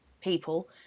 people